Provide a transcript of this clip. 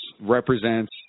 represents